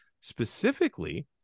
specifically